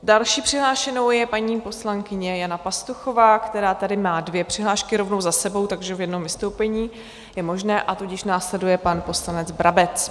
Další přihlášenou je paní poslankyně Jana Pastuchová, která tady má dvě přihlášky rovnou za sebou, takže v jednom vystoupení je možné, a tudíž následuje pan poslanec Brabec.